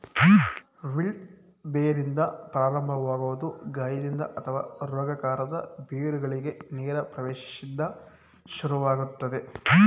wilt ಬೇರಿಂದ ಪ್ರಾರಂಭವಾಗೊದು ಗಾಯದಿಂದ ಅಥವಾ ರೋಗಕಾರಕ ಬೇರುಗಳಿಗೆ ನೇರ ಪ್ರವೇಶ್ದಿಂದ ಶುರುವಾಗ್ತದೆ